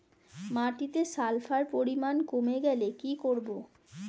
মাটিতে সালফার পরিমাণ কমে গেলে কি করব?